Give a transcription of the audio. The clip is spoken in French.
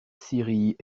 syrie